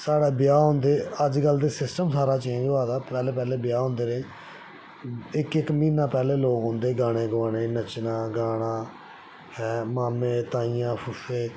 साढ़ा ब्याह् होंदे अज्जकल ते सिस्टम सारा चेंज होआ दा पैह्ले पैह्ले ब्याह् होंदे हे इक्क इक्क म्हीना पैह्ले लोक औंदे गाने गोआने गी नच्चना गाना मामे ताइयां फूफे